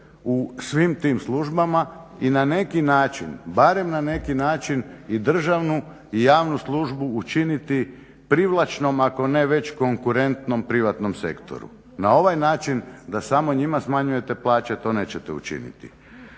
u svim tim službama i na neki način, barem na neki način i državnu i javnu službu učiniti privlačnom ako ne već konkurentnom privatnom sektoru. Na ovaj način da samo njima smanjujete plaće to nećete učiniti.